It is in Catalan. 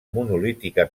monolítica